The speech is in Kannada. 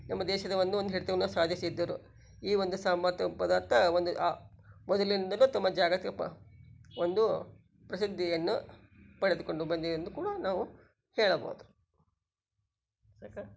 ನಮ್ಮ ದೇಶದ ಒಂದು ಒಂದು ಹಿಡಿತವನ್ನ ಸಾಧಿಸಿದ್ದರು ಈ ಒಂದು ಸಂಬಾರ ತ ಪದಾರ್ಥ ಒಂದು ಆ ಮೊದಲಿಂದಲೂ ತುಂಬ ಜಾಗತಿಕ ಪ ಒಂದು ಪ್ರಸಿದ್ಧಿಯನ್ನು ಪಡೆದುಕೊಂಡು ಬಂದಿವೆ ಎಂದು ಕೂಡ ನಾವು ಹೇಳಬಹುದು ಸಾಕ